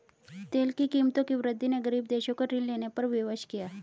तेल की कीमतों की वृद्धि ने गरीब देशों को ऋण लेने पर विवश किया